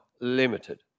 limited